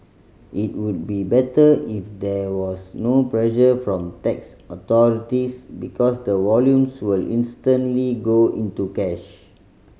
it would be better if there was no pressure from tax authorities because the volumes will instantly go into cash